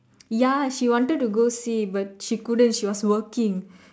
ya she wanted to go see but she couldn't she was working